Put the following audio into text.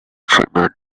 treatment